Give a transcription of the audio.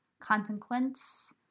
consequence